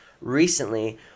recently